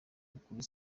ukuri